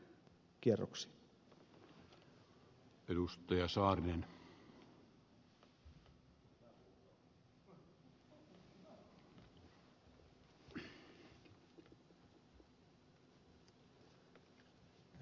herra puhemies